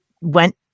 went